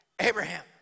Abraham